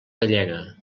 gallega